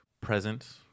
present